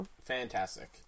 Fantastic